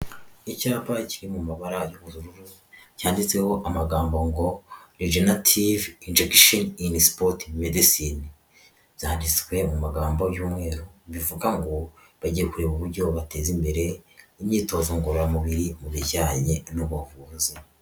Icyapa kiri mu mabara y'ubururu cyanditseho amagambo ngo regenerative injections ini sport medicine byanditswe mu magambo y'umweru bivuga ngo bagiye kureba uburyo bateza imbere imyitozo ngororamubiri mu bijyanye n'ubuvuzi.